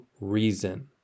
reason